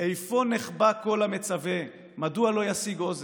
"איפה נחבא קול המצוֶה, מדוע לא ישיג אוזן?